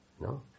No